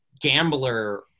gambler